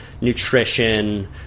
nutrition